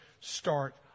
start